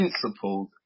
principles